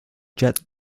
jet